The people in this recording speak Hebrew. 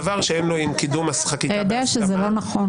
דבר שאין לו עם קידום החקיקה בהסכמה --- אתה יודע שזה לא נכון,